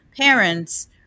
parents